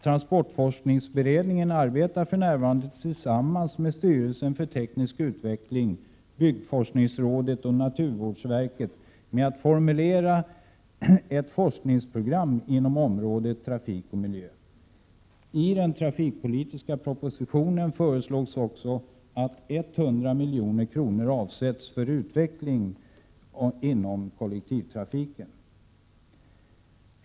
Transportforskningsberedningen arbetar för närvarande tillsammans med styrelsen för teknisk utveckling, byggforskningsrådet och naturvårdsverket med att formulera ett forskningsprogram inom området trafik och miljö. I den trafikpolitiska propositionen föreslås att 100 milj.kr. avsätts för utveckling av kollektivtrafiken.